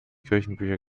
kirchenbücher